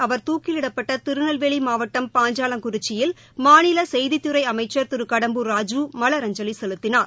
அவர் துக்கிலிடப்பட்ட திருநெல்வேலி மாவட்டம் பாஞ்சாலங்குறிச்சியில் மாநில செய்தித்துறை அமைச்சள் திரு கடம்பூர் ராஜு மலரஞ்சலி செலுத்தினார்